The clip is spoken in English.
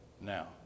Now